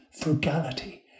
frugality